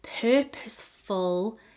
purposeful